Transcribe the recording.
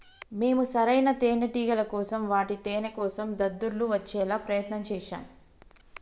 మేము సరైన తేనేటిగల కోసం వాటి తేనేకోసం దద్దుర్లు వచ్చేలా ప్రయత్నం చేశాం